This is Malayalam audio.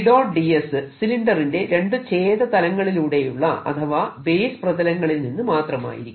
ds സിലിണ്ടറിന്റെ രണ്ടു ഛേദ തലങ്ങളിലൂടെയുള്ള അഥവാ ബേസ് പ്രതലങ്ങളിൽ നിന്ന് മാത്രമായിരിക്കും